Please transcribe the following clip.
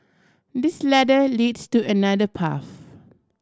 this ladder leads to another path